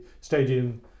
stadium